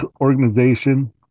organization